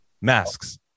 masks